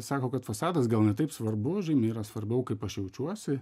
sako kad fasadas gal ne taip svarbu žinai yra svarbiau kaip aš jaučiuosi